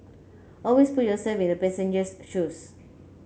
always put yourself in the passenger's shoes